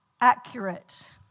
accurate